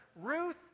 Ruth